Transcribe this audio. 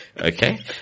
Okay